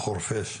חורפיש.